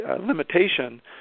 limitation